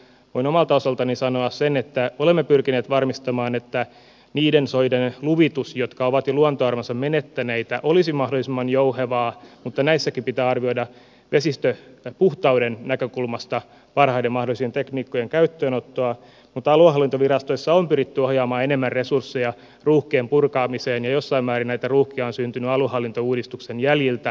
voin omalta osaltani sanoa sen että olemme pyrkineet varmistamaan että niiden soiden luvitus jotka ovat jo luontoarvonsa menettäneitä olisi mahdollisimman jouhevaa mutta näissäkin pitää arvioida vesistön ja puhtauden näkökulmasta parhaiden mahdollisien tekniikkojen käyttöönottoa mutta aluehallintovirastoissa on pyritty ohjaamaan enemmän resursseja ruuhkien purkamiseen ja jossain määrin näitä ruuhkia on syntynyt aluehallintouudistuksen jäljiltä